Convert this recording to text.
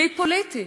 כלי פוליטי,